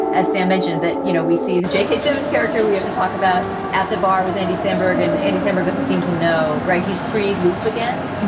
as sam mentioned, that, you know, we see the j k. simmons character we have to talk about at the bar with andy samberg and andy samberg doesn't seem to know. right. he's priede loop again.